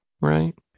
right